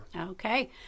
Okay